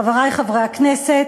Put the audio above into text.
חברי חברי הכנסת,